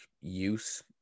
use